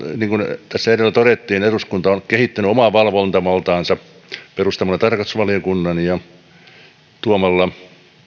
niin kuin tässä edellä todettiin eduskunta on kehittänyt omaa valvontavaltaansa perustamalla tarkastusvaliokunnan ja tuomalla